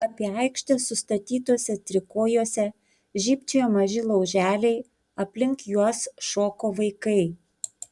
apie aikštę sustatytuose trikojuose žybčiojo maži lauželiai aplink juos šoko vaikai